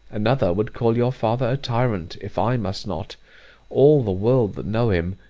another would call your father a tyrant, if i must not all the world that know him,